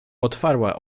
otwarła